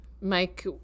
Mike